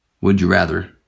would-you-rather